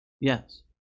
Yes